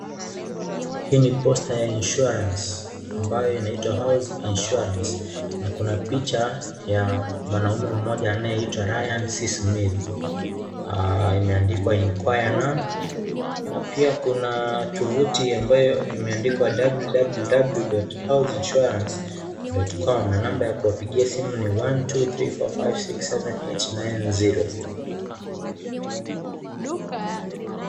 Hii ni posta ya insurance ambayo inaitwa house insurance na kuna picha ya mwaaume mmoja anayeitwa Rayan c Smith imeandikwa inquire now na pia kuna tofuti ambayo imeandikwa www.houseinsurance.com na namba ya kuwapigia simu ni 1234567890.